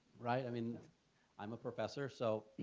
right? i mean i'm a professor so,